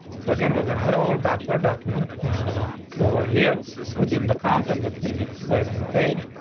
so again, we're gonna head over back to our document. i'm gonna go over here within the content that's going to be displayed on the page.